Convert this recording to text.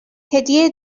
هدیه